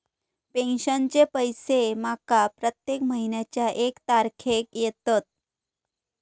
पेंशनचे पैशे माका प्रत्येक महिन्याच्या एक तारखेक येतत